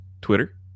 twitter